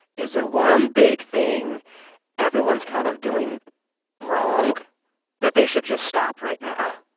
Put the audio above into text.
is there one big thing everyone's kind of doing wrong that they should just stop right now?